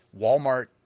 Walmart